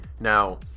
Now